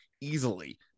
easily